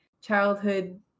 childhood